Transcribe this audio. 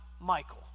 Michael